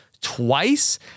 twice